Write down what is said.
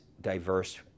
diverse